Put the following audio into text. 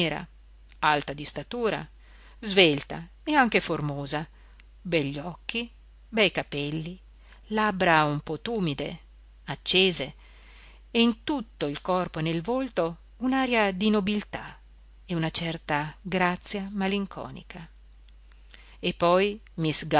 alta di statura svelta e anche formosa begli occhi bei capelli labbra un po tumide accese e in tutto il corpo e nel volto un'aria di nobiltà e una certa grazia malinconica e poi